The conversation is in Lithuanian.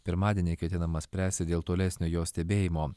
pirmadienį ketinama spręsti dėl tolesnio jos stebėjimo